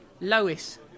Lois